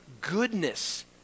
goodness